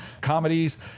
comedies